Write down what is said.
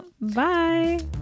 bye